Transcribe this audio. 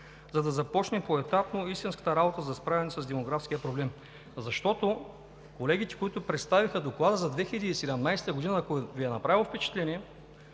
е да започнат поетапно истинската работа за справянето с демографския проблем. Колегите, които представиха Доклада за 2017 г., ако Ви е направило впечатление,